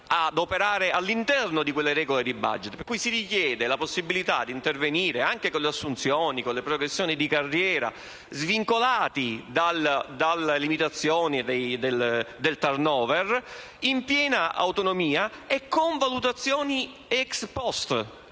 Si richiede, quindi, la possibilità di intervenire, anche con le assunzioni e le progressioni di carriera svincolate dalle limitazioni del *turnover*, in piena autonomia e con valutazioni *ex post*